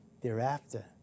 thereafter